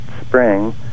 spring